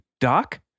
Doc